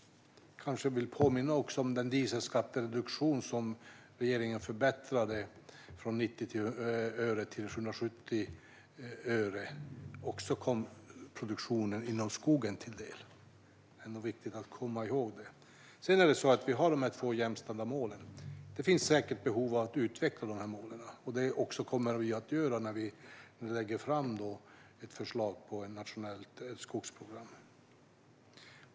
Jag vill kanske påminna om att den dieselskattereduktion som regeringen förbättrade från 90 öre till 170 öre också kom produktionen inom skogen till del. Det är viktigt att komma ihåg det. Vi har de två jämställda målen. Det finns säkert behov av att utveckla de målen. Det kommer vi också att göra när vi lägger fram ett förslag om ett nationellt skogsprogram.